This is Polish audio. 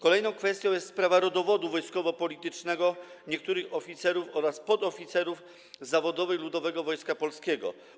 Kolejną kwestią jest sprawa rodowodu wojskowo-politycznego niektórych oficerów oraz podoficerów zawodowych Ludowego Wojska Polskiego.